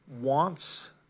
wants